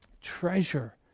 Treasure